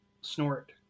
snort